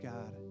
God